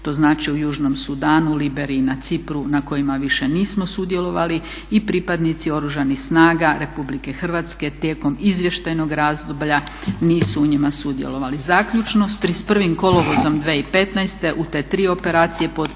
to znači u Južnom Sudanu, Liberiji i na Cipru na kojima više nismo sudjelovali. I pripadnici Oružanih snaga Republike Hrvatske tijekom izvještajnog razdoblja nisu u njima sudjelovali. Zaključno sa 31. kolovozom 2015. u te tri operacije